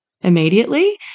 immediately